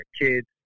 kids